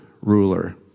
ruler